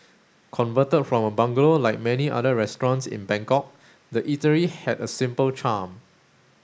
converted from a bungalow like many other restaurants in Bangkok the eatery had a simple charm